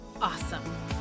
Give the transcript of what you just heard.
awesome